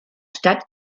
stadt